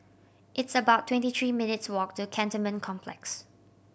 it's about twenty three minutes' walk to Cantonment Complex